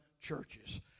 churches